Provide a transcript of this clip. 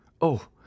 Oh